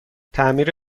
تعمیر